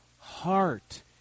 Heart